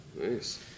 Nice